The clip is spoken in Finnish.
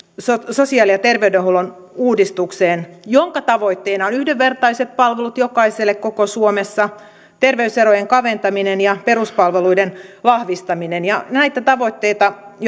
sosiaali ja terveydenhuollon uudistukseen jonka tavoitteena ovat yhdenvertaiset palvelut jokaiselle koko suomessa terveyserojen kaventaminen ja peruspalveluiden vahvistaminen näitä tavoitteita